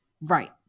Right